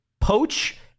poach